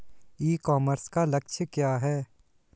ई commerce का लक्ष्य क्या है?